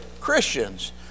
Christians